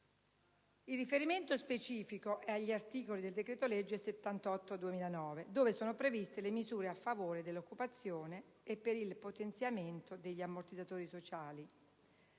Il riferimento specifico è agli articoli del decreto-legge n. 78 del 2009, in cui sono previste le misure a favore dell'occupazione e per il potenziamento degli ammortizzatori sociali.